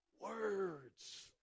Words